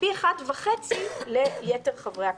ופי אחד וחצי ליתר חברי הכנסת.